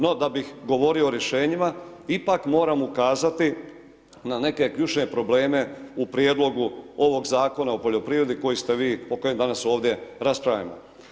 No da bih govorio o rješenjima, ipak moram ukazati na neke ključne probleme u prijedlogu ovog Zakona o poljoprivredi o kojem danas ovdje raspravljamo.